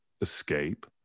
escape